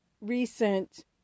recent